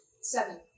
seven